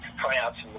tryouts